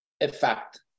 effect